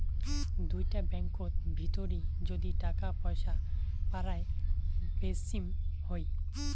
দুটা ব্যাঙ্কত ভিতরি যদি টাকা পয়সা পারায় বেচিম হই